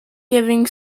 giving